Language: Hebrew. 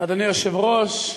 אדוני היושב-ראש,